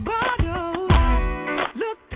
Look